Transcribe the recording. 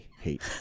hate